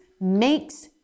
makes